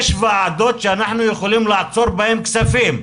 יש ועדות שאנחנו יכולים לעצור בהן כספים,